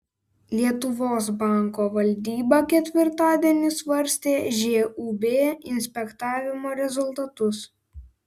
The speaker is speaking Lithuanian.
lietuvos banko valdyba ketvirtadienį svarstė žūb inspektavimo rezultatus